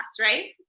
right